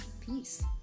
Peace